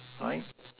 right